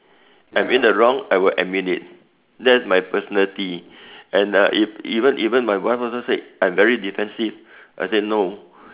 I'm in the wrong I would admit it that's my personality and uh if even even my wife also said I'm very defensive I say no